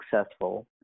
successful